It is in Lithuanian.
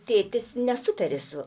tėtis nesutarė su